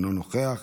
אינו נוכח,